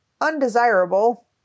undesirable